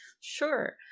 Sure